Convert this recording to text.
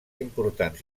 importants